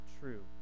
true